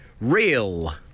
Real